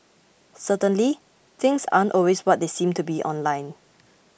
certainly things aren't always what they seem to be online